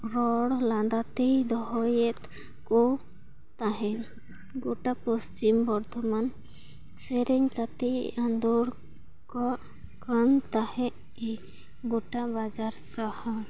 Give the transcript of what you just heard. ᱨᱚᱲ ᱞᱟᱸᱫᱟ ᱛᱮᱭ ᱫᱚᱦᱚᱭᱮᱫ ᱠᱚ ᱛᱟᱦᱮᱱ ᱜᱚᱴᱟ ᱯᱚᱥᱪᱤᱢ ᱵᱚᱨᱫᱷᱚᱢᱟᱱ ᱥᱮᱨᱮᱧ ᱠᱟᱛᱮᱭ ᱟᱸᱫᱳᱲ ᱠᱟᱜ ᱠᱟᱱ ᱛᱟᱦᱮᱫ ᱮ ᱜᱚᱴᱟ ᱵᱟᱡᱟᱨ ᱥᱟᱦᱟᱨ